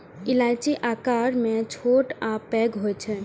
इलायची आकार मे छोट आ पैघ होइ छै